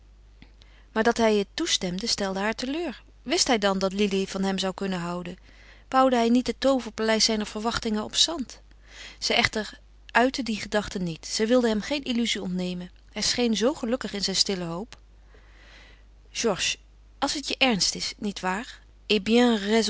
maar dat hij het toestemde stelde haar teleur wist hij dan dat lili van hem zou kunnen houden bouwde hij niet het tooverpaleis zijner verwachtingen op zand zij echter uitte die gedachte niet zij wilde hem geen illuzie ontnemen hij scheen zoo gelukkig in zijn stille hoop georges als het je ernst is